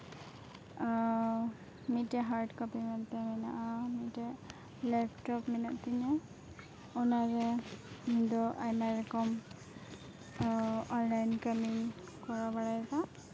ᱢᱤᱫᱫᱴᱮᱱ hard copy ᱢᱮᱱᱛᱮ ᱢᱮᱱᱟᱜᱼᱟ ᱢᱤᱫᱴᱮᱱ ᱞᱮᱯᱴᱚᱯ ᱢᱮᱱᱟᱜ ᱛᱤᱧᱟᱹ ᱚᱱᱟ ᱨᱮ ᱤᱧ ᱫᱚ ᱟᱭᱢᱟ ᱨᱚᱠᱚᱢ ᱚᱱᱞᱟᱭᱤᱱ ᱠᱟᱹᱢᱤᱧ ᱠᱚᱨᱟᱣ ᱵᱟᱲᱟᱭᱮᱫᱟ